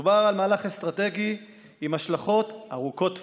מדובר על מהלך אסטרטגי עם השלכות ארוכות טווח,